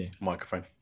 microphone